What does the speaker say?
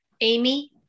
Amy